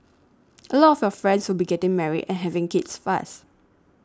a lot of your friends will be getting married and having kids fast